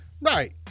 Right